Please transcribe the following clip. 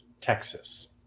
Texas